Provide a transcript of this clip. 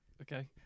okay